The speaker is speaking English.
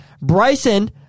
Bryson